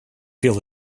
feel